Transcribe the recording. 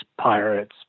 pirates